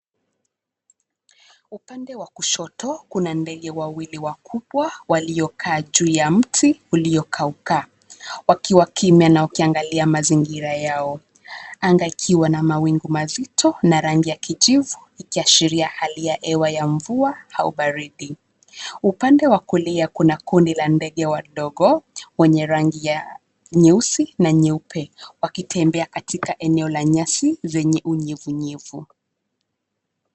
Upande wa kushoto kuna ndege wawili wakubwa waliokaa juu ya mti uliokauka, wakiwa kimya na wakiangalia mazingira yao, anga ikiwa na mawingu mazito na rangi ya kijivu ikiasharia hali ya hewa ya mvua au baridi. Upande wa kulia kuna kundi la ndege wadogo wenye rangi ya nyeusi na nyeupe wakitembea katika eneo la nyasi zenye unyevunyevu.